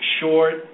short